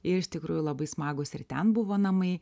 iš tikrųjų labai smagūs ir ten buvo namai